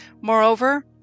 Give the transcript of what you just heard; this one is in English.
Moreover